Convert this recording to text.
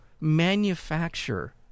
manufacture